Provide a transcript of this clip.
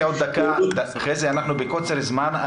אנחנו בקוצר זמן,